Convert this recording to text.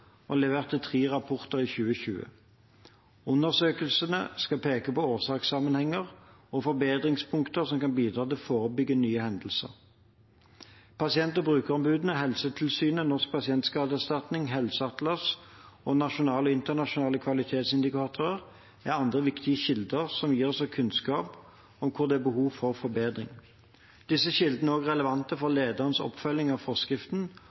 og de leverte tre rapporter i 2020. Undersøkelsene skal peke på årsakssammenhenger og forbedringspunkter som kan bidra til å forebygge nye hendelser. Pasient- og brukerombudene, Helsetilsynet, Norsk pasientskadeerstatning, Helseatlas og nasjonale og internasjonale kvalitetsindikatorer er andre viktige kilder som også gir kunnskap om hvor det er behov for forbedring. Disse kildene er også relevante for ledernes oppfølging av forskriften